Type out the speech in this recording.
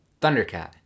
Thundercat